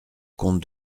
comte